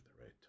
right